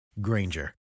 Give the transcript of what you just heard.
Granger